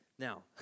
Now